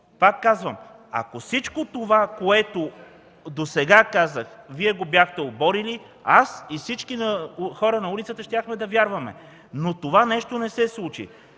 пак казвам, ако всичко това, което казах досега, Вие го бяхте оборили, аз и всички хора на улицата щяхме да вярваме. Това нещо не се случи.